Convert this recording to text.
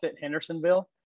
Hendersonville